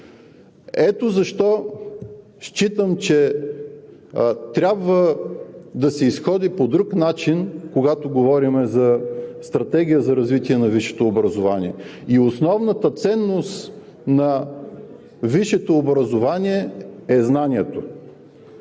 Ето защо считам, че трябва да се изходи по друг начин, когато говорим за Стратегия за развитие на висшето образование. Основната ценност на висшето образование е знанието,